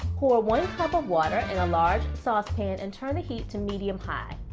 pour one cup of water in a large saucepan and turn the heat to medium high.